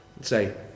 say